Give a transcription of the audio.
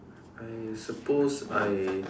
I suppose I